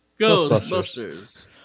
Ghostbusters